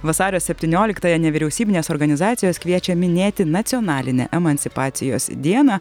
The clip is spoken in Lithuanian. vasario septynioliktąją nevyriausybinės organizacijos kviečia minėti nacionalinę emancipacijos dieną